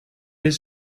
his